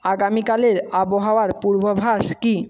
আগামীকালের আবহাওয়ার পূর্বাভাস কী